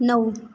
नऊ